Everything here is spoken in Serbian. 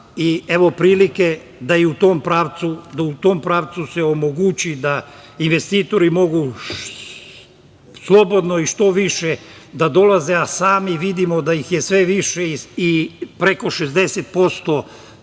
Evo prilike da se u tom pravcu omogući da investitori mogu slobodno i što više da dolaze, a sami vidimo da ih je sve više i preko 60% svih